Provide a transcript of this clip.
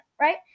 right